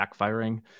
backfiring